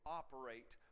operate